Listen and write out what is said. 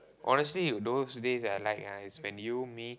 honestly those days that I like ah is when you me